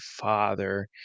Father